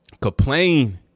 Complain